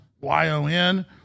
Y-O-N